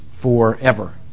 forever